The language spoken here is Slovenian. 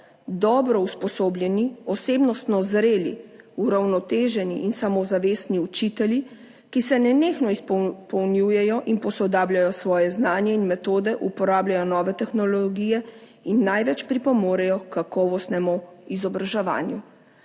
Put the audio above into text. Dobro usposobljeni, osebnostno zreli, uravnoteženi in samozavestni učitelji, ki se nenehno izpolnjujejo in posodabljajo svoje znanje in metode, uporabljajo nove tehnologije in največ pripomorejo h kakovostnemu izobraževanju.